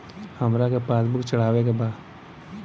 हमरा के पास बुक चढ़ावे के बा?